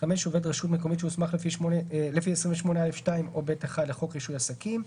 עובד רשות מקומית שהוסמך לפי סעיף 28(א)(2) או (ב)(1) לחוק רישוי עסקים,